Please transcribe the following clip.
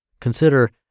Consider